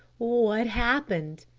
what happened?